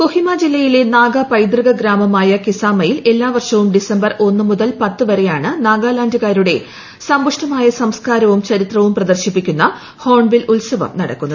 കൊഹിമ ജില്ലയിലെ നാഗാ പൈതൃക ഗ്രാമമായ കിസ്മയിൽ എല്ലാവർഷവും ഡിസംബർ ഒന്ന് മുതൽ പത്ത് വരെയാണ് നാഗാലാൻഡുകാരുടെ സമ്പുഷ്ടമായ സംസ്കാരവും ചരിത്രവും പ്രദർശിപ്പിക്കുന്ന ഹോൺ ബിൽ ഫെസ്റ്റിവൽ നടക്കുന്നത്